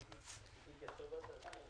הישיבה ננעלה בשעה 13:27.